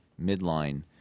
midline